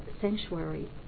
sanctuary